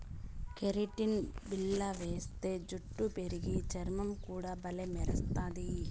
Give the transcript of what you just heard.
keratin బిల్ల వేస్తే జుట్టు పెరిగి, చర్మం కూడా బల్లే మెరస్తది